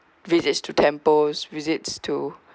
visits to temples visits to